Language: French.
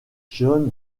john